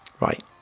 right